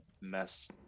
mess